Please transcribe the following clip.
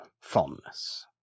fondness